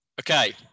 Okay